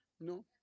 No